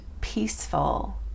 peaceful